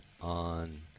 on